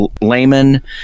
layman